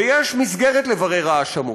ויש מסגרת לברר האשמות,